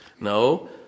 No